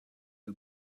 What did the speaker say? are